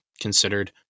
considered